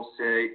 say